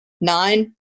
Nine